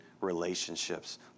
relationships